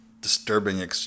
Disturbing